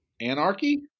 anarchy